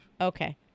Okay